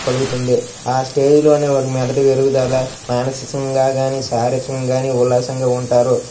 కలుగుతుంది ఆ స్టేజ్లోనే వాడు మెదడు పెరుగుదల మానసిసంగా కానీ శారీరకంగా కానీ ఉల్లాసంగా ఉంటారు